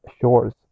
shores